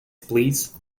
please